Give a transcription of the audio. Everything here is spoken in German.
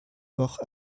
doch